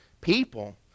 people